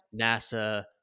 nasa